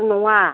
आं नङा